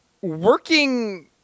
Working